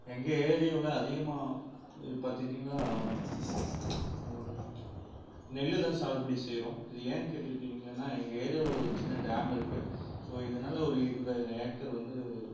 எங்கள் ஏரியாவில் அதிகமாக பார்த்துக்கிட்டிங்கன்னா நெல்லுதான் சாகுபடி செய்கிறோம் இது ஏன்னு கேட்டுக்கிட்டிங்கன்னா எங்கள் ஏரியாவில் ஒரு சின்ன டேம் இருக்குது ஸோ இதனால் ஒரு இருபதாயிரம் ஏக்கர் வந்து